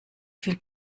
viel